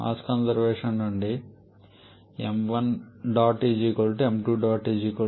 mass conservation నుండి స్థిరమైన స్థితిలో